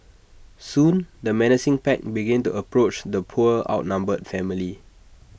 soon the menacing pack began to approach the poor outnumbered family